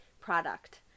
product